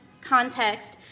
context